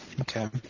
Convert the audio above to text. Okay